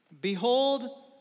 Behold